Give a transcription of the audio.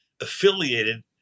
affiliated